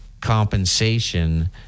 compensation